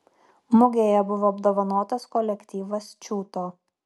mugėje buvo apdovanotas kolektyvas čiūto